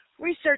research